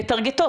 הם מטרגטות.